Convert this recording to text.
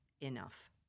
enough